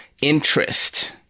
interest